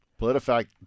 Politifact